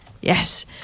Yes